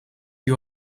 you